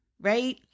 right